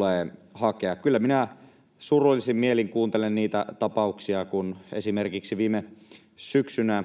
ravintoaan. Kyllä minä surullisin mielin kuuntelen niitä tapauksia, kun esimerkiksi viime syksynä